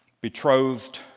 betrothed